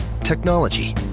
Technology